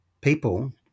people